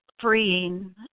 freeing